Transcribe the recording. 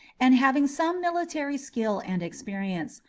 and having some military skill and experience,